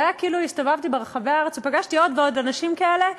זה היה כאילו הסתובבתי ברחבי הארץ ופגשתי עוד ועוד אנשים כאלה,